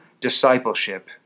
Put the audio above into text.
discipleship